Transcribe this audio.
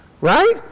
Right